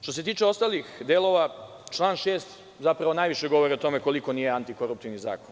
Što se tiče ostalih delova, član 6. najviše govori o tome koliko nije antikoruptivni zakon.